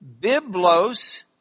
Biblos